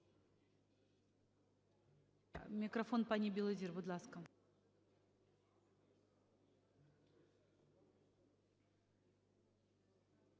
Мікрофон пані Білозір, будь ласка.